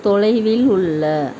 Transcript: தொலைவில் உள்ள